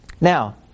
Now